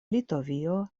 litovio